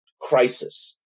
crisis